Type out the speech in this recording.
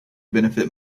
benefit